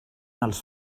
els